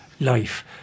life